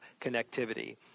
connectivity